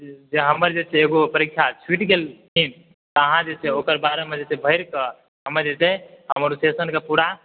जे हमर जे छै एगो परीक्षा छूटि गेलखिन तऽ अहाँ जे छै ओकर बारेमे जे छै से भरि कऽ हमर शेसनके पूरा